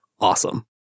Awesome